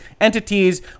entities